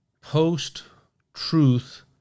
post-truth